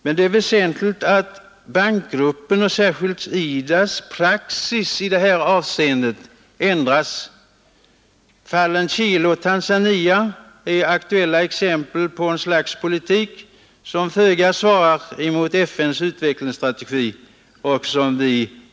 Men det är väsentligt att bankgruppens och särskilt IDA:s praxis i här berörda avseendet ändras när nationalisering sker. Chile och Tanzania är aktuella exempel på en politik av Bankgruppen som föga svarar mot FN:s utvecklingsstrategi.